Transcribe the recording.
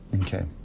Okay